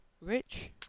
Rich